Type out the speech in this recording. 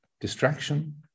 distraction